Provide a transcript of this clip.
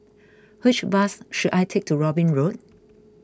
which bus should I take to Robin Road